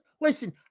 listen